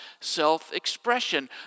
self-expression